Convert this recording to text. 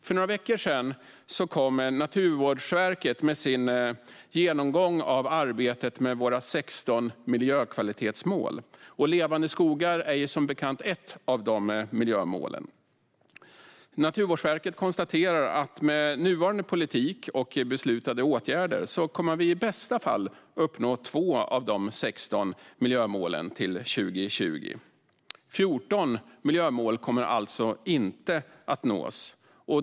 För några veckor sedan kom Naturvårdsverket med sin genomgång av arbetet med våra 16 miljökvalitetsmål. Levande skogar är som bekant ett av dessa miljökvalitetsmål. Naturvårdsverket konstaterar att vi med nuvarande politik och beslutade åtgärder i bästa fall kommer att uppnå 2 av de 16 miljökvalitetsmålen till 2020. Det är alltså 14 miljökvalitetsmål som inte kommer att nås.